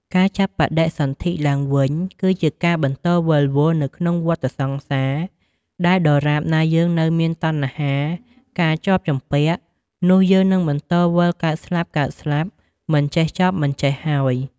ការចាប់បដិសន្ធិឡើងវិញ គឺជាការបន្តវិលវល់នៅក្នុងវដ្តសង្សារ ដែលដរាបណាយើងនៅមានតណ្ហា ការជាប់ជំពាក់ នោះយើងនឹងបន្តវិលកើតស្លាប់ៗមិនចេះចប់មិនចេះហើយ។